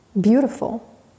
beautiful